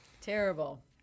Terrible